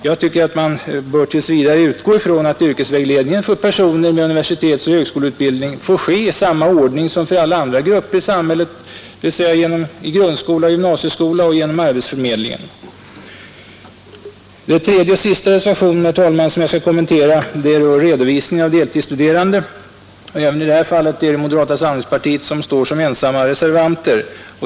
Jag tycker att man tills vidare bör utgå ifrån att yrkesvägledningen för personer med universitetsoch högskoleutbildning får ske i samma ordning som för alla andra grupper i samhället, dvs. i grundskolan och gymnasieskolan och genom arbetsförmedlingen. Den tredje och sista reservationen, herr talman, som jag skall kommentera rör redovisningen av deltidsstuderandena. Även i detta fall står moderata samlingspartiets representanter som ensamma reservanter.